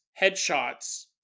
headshots